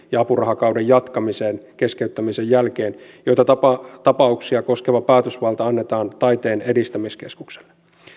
ja apurahakauden jatkamiseen keskeyttämisen jälkeen joita tapauksia koskeva päätösvalta annetaan taiteen edistämiskeskukselle